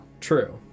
True